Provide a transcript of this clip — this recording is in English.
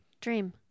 Dream